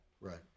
Right